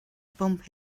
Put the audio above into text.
bump